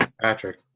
patrick